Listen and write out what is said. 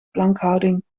plankhouding